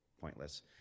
pointless